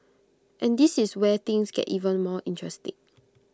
and this is where things get even more interesting